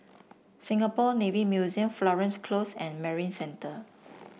Singapore Navy Museum Florence Close and Marina Centre